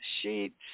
sheets